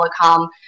telecom